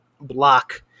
block